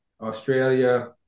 Australia